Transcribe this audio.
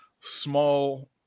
small